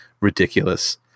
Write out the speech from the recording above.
ridiculous